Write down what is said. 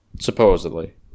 supposedly